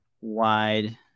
wide